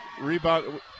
Rebound